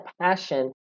passion